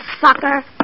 sucker